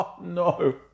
no